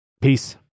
Peace